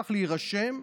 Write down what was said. צריך להירשם.